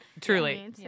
truly